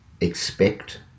expect